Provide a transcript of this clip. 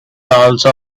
also